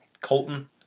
Colton